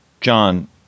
John